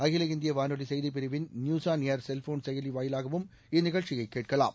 அகில இந்திய வானொலி செய்திப் பிரிவின் நியூஸ்ஆன்ஏர் செல்ஃபோன் செயலி வாயிவாகவும் இந்நிகழ்ச்சியை கேட்கலாம்